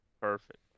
Perfect